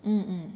mm mm